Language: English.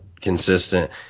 consistent